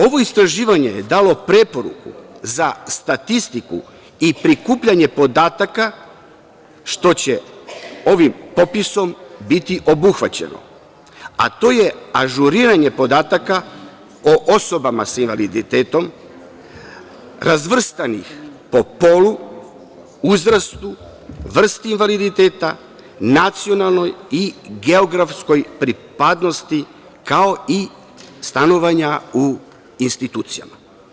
Ovo istraživanje je dalo preporuku za statistiku i prikupljanje podataka, što će ovim popisom biti obuhvaćeno, a to je ažuriranje podataka o osobama sa invaliditetom razvrstanih po polu, uzrastu, vrsti invaliditeta, nacionalnoj i geografskoj pripadnosti, kao i stanovanja u institucijama.